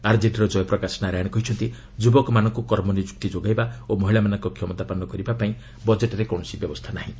ଆର୍ଜେଡିର ଜୟପ୍ରକାଶ ନାରାୟଣ କହିଛନ୍ତି ଯୁବକମାନଙ୍କୁ କର୍ମନିଯୁକ୍ତି ଯୋଗାଇବା ଓ ମହିଳାମାନଙ୍କ କ୍ଷମତାପନ୍ନ କରିବାପାଇଁ ବଜେଟ୍ରେ କୌଣସି ବ୍ୟବସ୍ଥା ନାହିଁ